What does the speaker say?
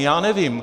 Já nevím.